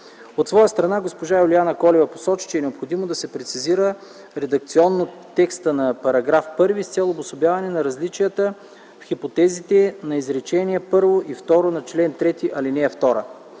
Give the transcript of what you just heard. От своя страна госпожа Юлиана Колева посочи, че е необходимо да се прецизира редакционно текстът на § 1 с цел обособяване на различията в хипотезите на изречение първо и второ на чл. 3, ал. 2.